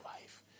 life